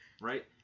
right